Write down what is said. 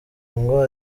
ngo